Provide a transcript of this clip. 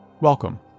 Welcome